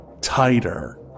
tighter